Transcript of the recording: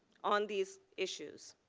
on these issues.